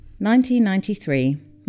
1993